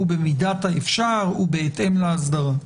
הוא במידת האפשר ובהתאם לאסדרה.